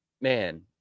man